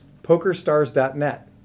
Pokerstars.net